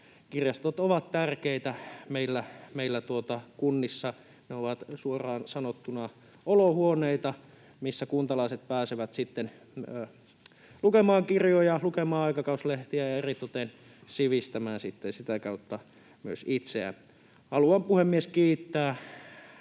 Kirjastot ovat tärkeitä. Meillä kunnissa ne ovat suoraan sanottuna olohuoneita, missä kuntalaiset pääsevät sitten lukemaan kirjoja, lukemaan aikakauslehtiä ja eritoten sivistämään sitten sitä kautta itseään. Haluan, puhemies, kiittää